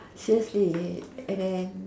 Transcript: seriously and then